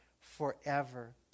forever